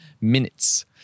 minutes